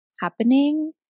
happening